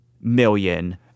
million